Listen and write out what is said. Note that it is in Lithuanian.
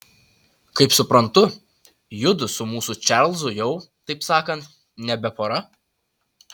kaip suprantu judu su mūsų čarlzu jau taip sakant nebe pora